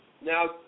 Now